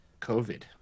COVID